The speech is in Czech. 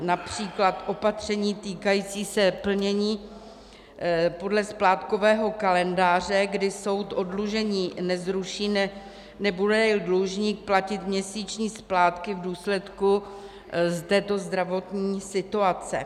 Například opatření týkající se plnění podle splátkového kalendáře, kdy soud oddlužení nezruší, nebudeli dlužník platit z měsíční splátky v důsledku této zdravotní situace.